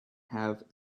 have